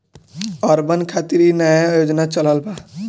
urban खातिर इ नया योजना चलल बा